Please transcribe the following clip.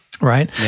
right